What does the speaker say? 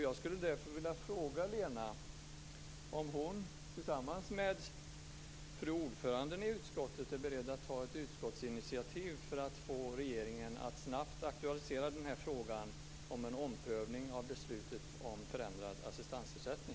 Jag skulle därför vilja fråga Lena om hon tillsammans med fru ordföranden i utskottet är beredd att ta ett utskottsinitiativ för att få regeringen att snabbt aktualisera frågan om en omprövning av beslutet om förändrad assistansersättning.